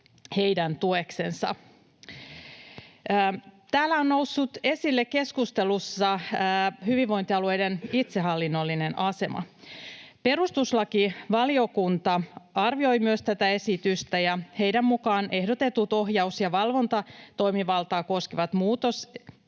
Täällä on keskustelussa noussut esille hyvinvointialueiden itsehallinnollinen asema. Perustuslakivaliokunta arvioi tätä esitystä, ja heidän mukaansa ehdotetut ohjaus‑ ja valvontatoimivaltaa koskevat muutosehdotukset